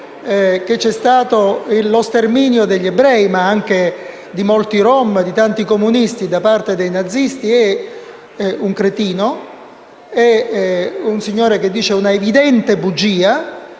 che c'è stato lo sterminio degli ebrei, ma anche di molti Rom e di tanti comunisti, da parte dei nazisti è un cretino, è un signore che dice una evidente bugia